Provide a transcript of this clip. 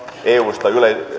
eusta